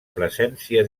presència